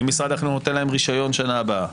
האם משרד החינוך נותן להם רישיון לשנה הבאה?